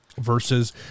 versus